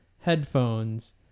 headphones